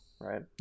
right